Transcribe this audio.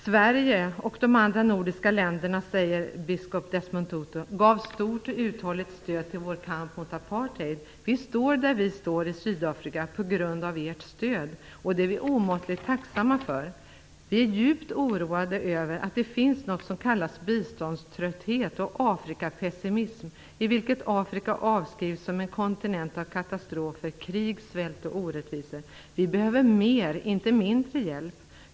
Sverige och de andra nordiska länderna gav stort och uthålligt stöd till vår kamp mot apartheid, säger biskop Tutu. Vi står där vi står i Sydafrika på grund av ert stöd, och det är vi omåttligt tacksamma för. Vi är djupt oroade över att det finns något som kallas för biståndströtthet och Afrikapessimism, i vilken Afrika avskrivs som en kontinent av katastrofer, krig, svält och orättvisor. Vi behöver mer, inte mindre, hjälp.